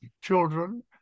Children